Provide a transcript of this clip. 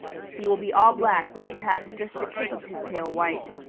he will be all black, with perhaps just the tip of his tail white.